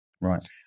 Right